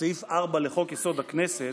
שסעיף 4 לחוק-יסוד: הכנסת,